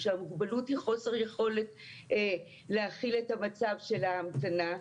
כשהמוגבלות היא חוסר יכולת להכיל את המצב של ההמתנה.